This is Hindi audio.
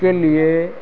के लिए